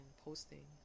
posting